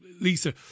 Lisa